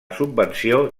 subvenció